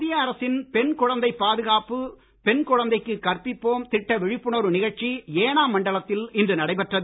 மத்திய அரசின் பெண் குழந்தை பாதுகாப்பு பெண் குழந்தைக்கு கற்பிப்போம் திட்ட விழிப்புணர்வு நிகழ்ச்சி ஏனாம் மண்டலத்தில் இன்று நடைபெற்றது